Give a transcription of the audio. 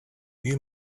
you